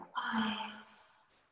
eyes